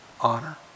honor